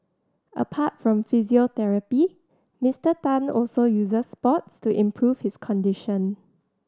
apart from physiotherapy Mister Tan also uses sports to improve his condition